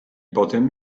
potem